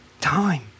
time